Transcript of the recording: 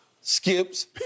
skips